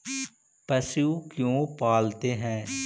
पशु क्यों पालते हैं?